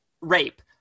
rape